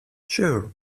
sure